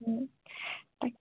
তাকে